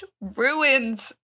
ruins